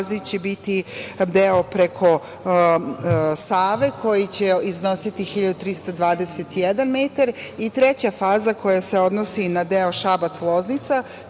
će biti deo preko Save, koji će iznositi 1.321 metar. Treća faza se odnosi na deo Šabac – Loznica,